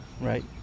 right